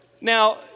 Now